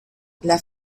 las